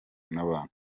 n’abantu